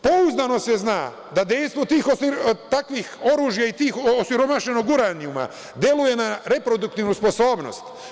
Pouzdano se zna da dejstvo takvih oružja i osiromašenog uranijuma deluje na reproduktivnu sposobnost.